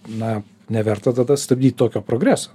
na neverta tada stabdyt tokio progreso